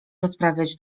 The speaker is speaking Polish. rozprawiać